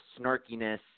snarkiness